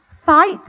fight